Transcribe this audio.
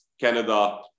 Canada